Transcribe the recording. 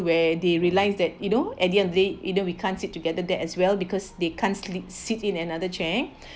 where they realize that you know at the end of the day either we can't sit together that as well because they can't slip slip in another chair